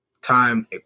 time